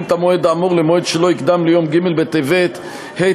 את המועד האמור למועד שלא יקדם מיום ג' בטבת התשע"ז,